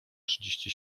trzydzieści